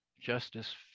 Justice